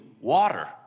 water